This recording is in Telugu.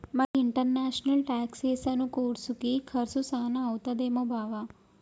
మరి ఇంటర్నేషనల్ టాక్సెసను కోర్సుకి కర్సు సాన అయితదేమో బావా